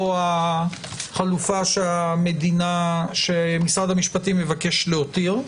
זו שמשרד המשפטים מבקש להותיר,